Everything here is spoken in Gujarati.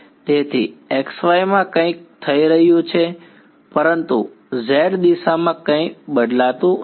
તેથી xy માં કંઈક થઈ રહ્યું છે પરંતુ z દિશામાં કંઈ બદલાતું નથી